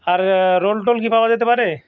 আর roll toll কি পাওয়া যেতে পারে